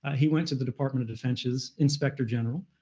he went to the department of defense's inspector general,